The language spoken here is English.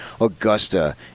augusta